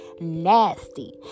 nasty